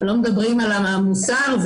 לא מדברים על המוסר,